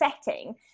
setting